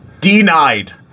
Denied